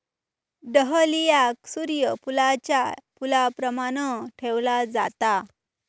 डहलियाक सूर्य फुलाच्या फुलाप्रमाण ठेवला जाता